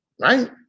right